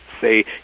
say